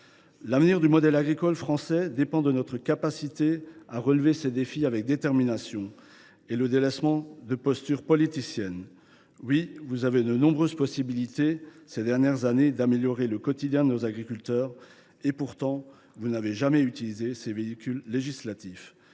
L’avenir du modèle agricole français dépend de notre capacité à relever ces défis avec détermination, en délaissant les postures politiciennes. Vous avez eu de nombreuses possibilités, ces dernières années, d’améliorer le quotidien de nos agriculteurs ; pourtant, madame la ministre, vous n’avez jamais utilisé les véhicules législatifs